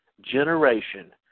generation